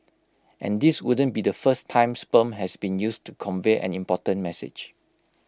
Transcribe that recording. and this wouldn't be the first time sperm has been used to convey an important message